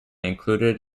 included